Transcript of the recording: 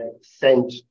sent